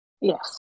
Yes